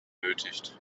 benötigt